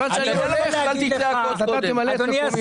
מכיוון שאני הולך אז אתה תמלא את מקומי בעניין הזה.